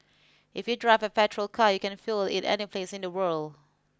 if you drive a petrol car you can fuel it any place in the world